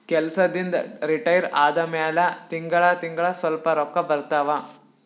ಕೆಲ್ಸದಿಂದ್ retire ಆದಮ್ಯಾಲ ತಿಂಗಳಾ ತಿಂಗಳಾ ಸ್ವಲ್ಪ ರೊಕ್ಕಾ ಬರ್ತಾವ